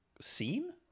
scene